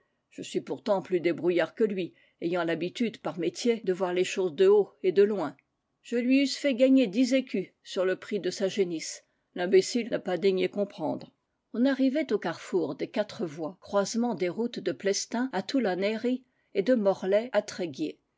je suis pourtant plus débrouillard que lui ayant l'habitude par métier de voir les choses de haut et de loin je lui eusse fait gagner dix écus sur le prix de sa génisse l'imbécile n'a pas daigné comprendre on arrivait au carrefour des quatre voies croisement des routes de plestin à toul an héry et de morlaix à tréguier